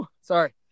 Sorry